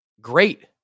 great